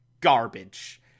garbage